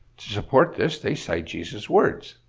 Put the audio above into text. to support this, they cite jesus' words